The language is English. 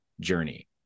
journey